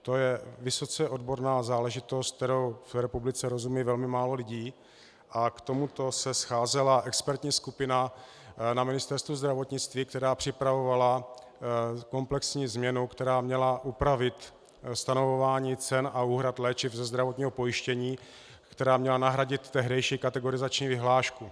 To je vysoce odborná záležitost, které v republice rozumí velmi válo lidí, a k tomuto se scházela expertní skupina na Ministerstvu zdravotnictví, která připravovala komplexní změnu, která měla upravit stanovování cen a úhrad léčiv ze zdravotního pojištění, která měla nahradit tehdejší kategorizační vyhlášku.